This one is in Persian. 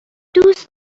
دوست